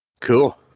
Cool